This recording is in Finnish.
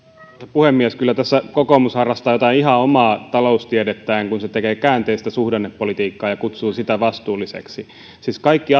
puhemies kyllä tässä kokoomus harrastaa jotain ihan omaa taloustiedettään kun se tekee käänteistä suhdannepolitiikkaa ja kutsuu sitä vastuulliseksi siis kaikki